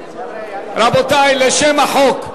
רבותי, לשם החוק.